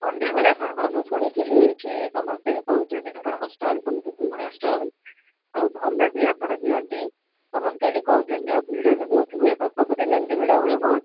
ସନ୍ଧ୍ୟାବେଳେ ଆପଣଙ୍କର ମୁଁ ଶୁଣିଥିଲି ଏଇଠି ସମସ୍ତେ ବି କହୁଛନ୍ତି ଆପଣଙ୍କ ଷ୍ଟଲ ବହୁତ ପୁରୁଣା ଷ୍ଟଲ ଆଉ ଭଲ ବି ଆପଣ ଦିଅନ୍ତି ସମସ୍ତେ ଏଇଠି କହୁଛନ୍ତି ଆଉ ଭିଡ଼ ବି ବହୁତ ହୁଏ କ'ଣ ସବୁଦିନ ଏମିତି ଭିଡ଼ ହୁଏ ବହୁତ